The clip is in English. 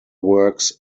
works